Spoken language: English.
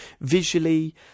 visually